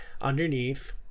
underneath